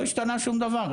לא השתנה שום דבר.